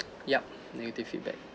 yup negative feedback